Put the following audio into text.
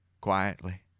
quietly